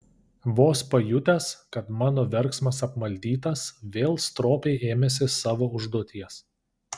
vos pajutęs kad mano verksmas apmaldytas vėl stropiai ėmėsi savo užduoties